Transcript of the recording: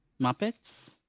Muppets